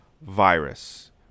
virus